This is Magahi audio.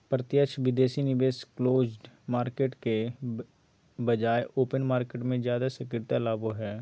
प्रत्यक्ष विदेशी निवेश क्लोज्ड मार्केट के बजाय ओपन मार्केट मे ज्यादा सक्रियता लाबो हय